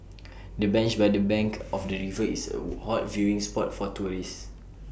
the bench by the bank of the river is A hot viewing spot for tourists